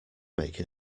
make